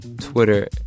Twitter